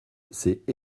c’est